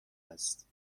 است